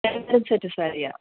set സാരിയാണ്